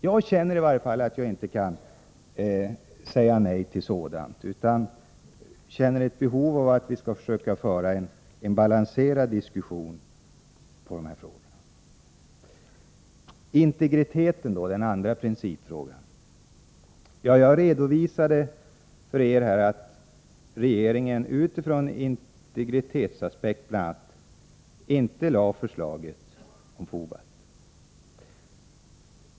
Jag känner i varje fall att jag inte kan säga nej till sådant, utan jag känner ett behov av att försöka föra en balanserad diskussion om dessa frågor. Vad så beträffar integriteten, den andra principfrågan, har jag redovisat här att regeringen, bl.a. utifrån integritetsaspekterna, inte lade fram förslaget om FOBALT.